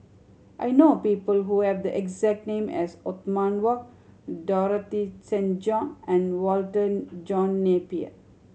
I know people who have the exact name as Othman Wok Dorothy Tessensohn and Walter John Napier